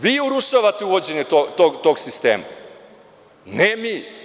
Vi urušavate uvođenje tog sistema, ne mi.